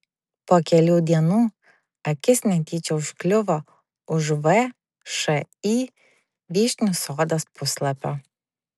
po kelių dienų akis netyčia užkliuvo už všį vyšnių sodas puslapio